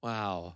Wow